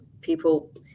people